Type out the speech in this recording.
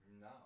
No